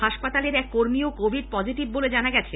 হাসপাতালের এক কর্মীও কোভিড পজিটিভ বলে জানা গেছে